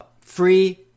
free